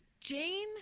Jane